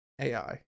AI